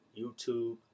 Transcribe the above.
YouTube